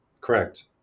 Correct